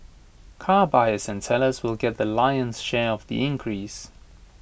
car buyers and sellers will get the lion's share of the increase